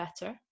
better